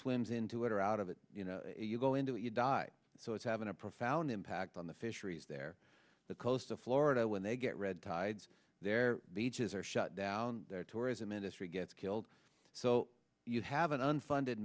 swims into it or out of it you know you go into it you die so it's having a profound impact on the fisheries there the coast of florida when they get red tides their beaches are shut down their tourism industry gets killed so you have an unfunded